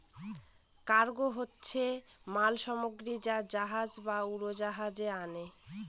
cargo হচ্ছে মাল সামগ্রী যা জাহাজ বা উড়োজাহাজে আনে